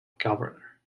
governor